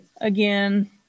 Again